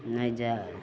नहि जाइ